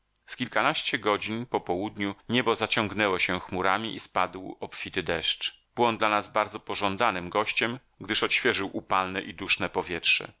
kilkanaście godzin po południu niebo zaciągnęło się chmurami i spadł obfity deszcz był on dla nas bardzo pożądanym gościem gdyż odświeżył upalne i duszne powietrze